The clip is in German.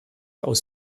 aus